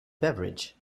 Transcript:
beverage